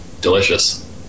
delicious